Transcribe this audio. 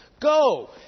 Go